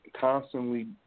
constantly